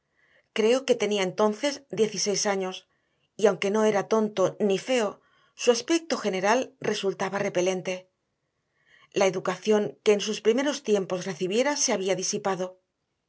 creo que tenía entonces dieciséis años y aunque no era tonto ni feo su aspecto general resultaba repelente la educación que en sus primeros tiempos recibiera se había disipado